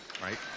right